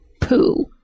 poo